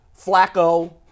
Flacco